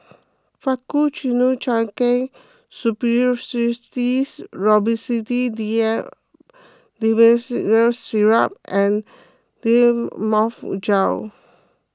Faktu D M Syrup and Difflam Mouth Gel